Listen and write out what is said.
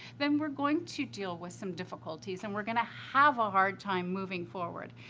then we're going to deal with some difficulties and we're going to have a hard time moving forward.